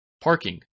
Parking